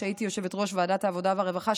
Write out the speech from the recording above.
כשהייתי יושבת-ראש ועדת העבודה והרווחה,